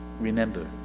Remember